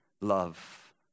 love